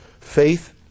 faith